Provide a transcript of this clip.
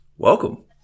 Welcome